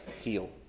heal